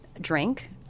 drink